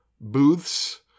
booths